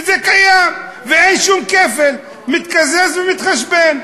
וזה קיים, ואין שום כפל, מתקזז ומתחשבן.